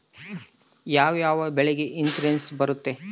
ಯಾವ ಯಾವ ಬೆಳೆಗೆ ಇನ್ಸುರೆನ್ಸ್ ಬರುತ್ತೆ?